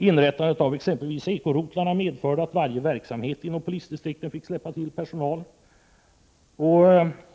Inrättandet av exempelvis eko-rotlarna medförde att varje verksamhet inom polisdistrikten fick släppa till personal, och